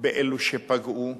באלו שפגעו.